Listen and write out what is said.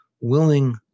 willing